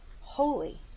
holy